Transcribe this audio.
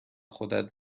خودت